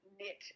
knit